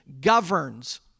governs